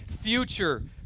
future